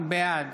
בעד